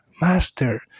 master